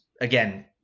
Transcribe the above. again